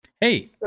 Hey